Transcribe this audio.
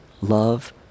love